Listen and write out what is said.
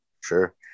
Sure